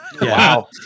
Wow